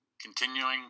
continuing